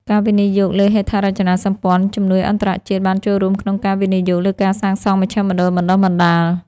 ការវិនិយោគលើហេដ្ឋារចនាសម្ព័ន្ធ ជំនួយអន្តរជាតិបានចូលរួមក្នុងការវិនិយោគលើការសាងសង់មជ្ឈមណ្ឌលបណ្តុះបណ្តាល។